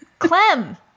Clem